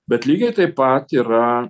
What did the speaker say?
bet lygiai taip pat yra